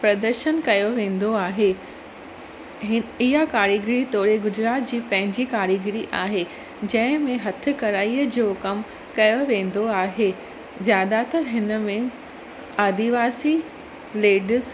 प्रदर्शन कयो वेंदो आहे हिन इहा कारीगरी तोड़े गुजरात जी पंहिंजी कारीगिरी आहे जंहिंमें हथु कढ़ाईअ जो कमु कयो वेंदो आहे ज़्यादातर हिन में आदिवासी लेडीस